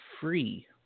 free